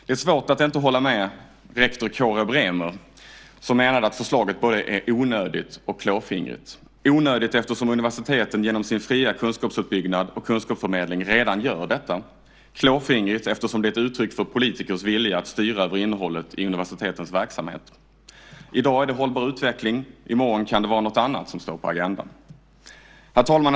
Det är svårt att inte hålla med rektor Kåre Bremer som menade att förslaget är både onödigt och klåfingrigt. Det är onödigt eftersom universiteten genom sin fria kunskapsuppbyggnad och kunskapsförmedling redan gör detta och klåfingrigt eftersom det är ett uttryck för politikers vilja att styra över innehållet i universitetens verksamhet. I dag är det hållbar utveckling, i morgon kan det vara något annat som står på agendan. Herr talman!